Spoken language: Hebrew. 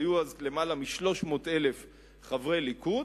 היו אז למעלה מ-300,000 חברי ליכוד,